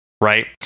Right